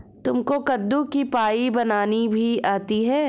तुमको कद्दू की पाई बनानी भी आती है?